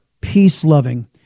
peace-loving